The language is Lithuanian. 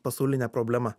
pasauline problema